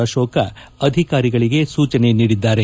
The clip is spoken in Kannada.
ಅಶೋಕ ಅಧಿಕಾರಿಗಳಿಗೆ ಸೂಚನೆ ನೀಡಿದರು